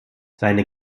seine